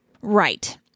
Right